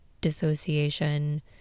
dissociation